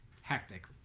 hectic